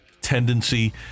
tendency—